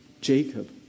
Jacob